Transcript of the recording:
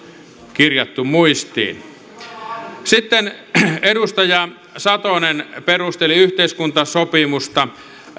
kirjattu muistiin sitten edustaja satonen perusteli yhteiskuntasopimusta